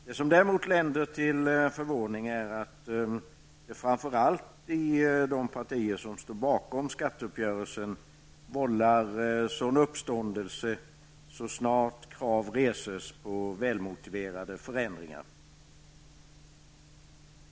Det som däremot väcker förvåning är att det framför allt i de partier som står bakom skatteuppgörelsen vållar sådan uppståndelse så snart krav reses på välmotiverade förändringar.